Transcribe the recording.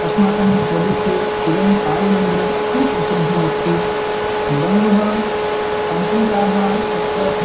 अस्माकं प्रदेशे इदं कालीमन्दिरं सुप्रसिद्धम् अस्ति बहवः तन्त्रिकाः तत्र